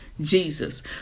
Jesus